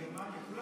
גרמניה.